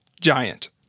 giant